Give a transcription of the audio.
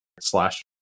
slash